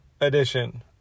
edition